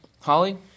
Holly